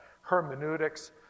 hermeneutics